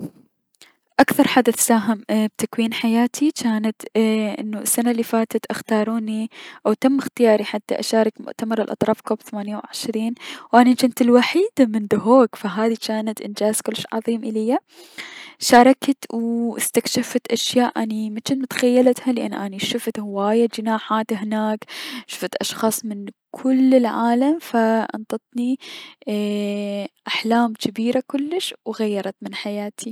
اكثر حدث اي ساهم بتكوين حياتي جانت السنة الي فاتت اختاراو تم اختياري اني اشارك بمؤتمر الأطراف كوب ثمانية و عشرين و اني جنت الوحيدة من دهوك فهذي جانت انجاز كلش عظيم اليا ف شاركت و اكتشفت اشياء اني مجنت متخيلتها لأن اني شفت هواية جناحات فد اشخاص من كل العالم فانطتني احلام كبيرة كلش و غيرت من حياني.